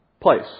place